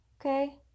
okay